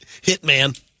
hitman